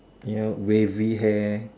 yup wavy hair